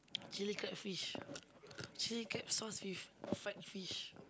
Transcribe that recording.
chilli crab fish chilli crab sauce with fried fish